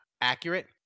accurate